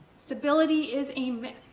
stability is a myth.